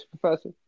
professor